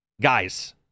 Guys